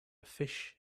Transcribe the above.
fish